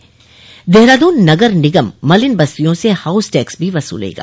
tax Dehradun नगर निगम मलिन बस्तियों से हाउस टैक्स भी वसूलेगा